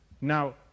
now